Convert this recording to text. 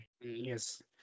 Yes